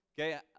Okay